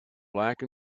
black